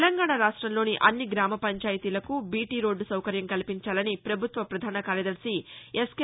తెలంగాణా రాష్ట్రంలోని అన్ని గ్రామ పంచాయతీలకు బీటీ రోడ్డు సౌకర్యం కల్పించాలని ప్రభుత్వ ప్రధాన కార్యదర్శి ఎస్కే